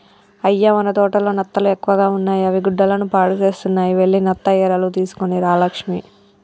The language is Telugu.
అయ్య మన తోటలో నత్తలు ఎక్కువగా ఉన్నాయి అవి గుడ్డలను పాడుసేస్తున్నాయి వెళ్లి నత్త ఎరలు తీసుకొని రా లక్ష్మి